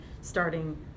starting